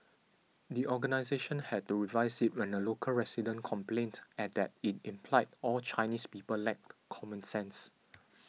the organisation had to revise it when a local resident complained at that it implied all Chinese people lacked common sense